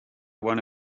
one